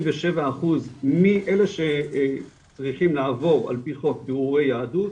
אחוז מאלה שצריכים לעבור עפ"י חוק בירורי יהדות.